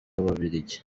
ababiligi